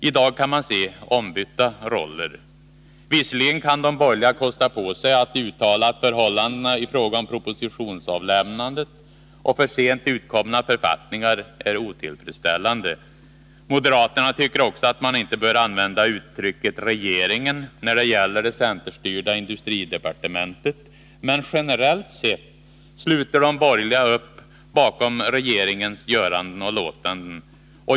I dag kan man se ombytta roller. Visserligen kan de borgerliga kosta på sig att uttala att förhållandena i fråga om propositionsavlämnandet och för sent utkomna författningar är otillfredsställande. Moderaterna tycker också att man inte bör använda uttrycket ”regeringen” när det gäller det centerstyrda industridepartementet. Men generellt sett sluter de borgerliga upp bakom regeringens göranden och låtanden.